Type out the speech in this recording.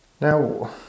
Now